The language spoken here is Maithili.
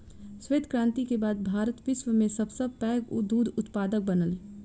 श्वेत क्रांति के बाद भारत विश्व में सब सॅ पैघ दूध उत्पादक बनल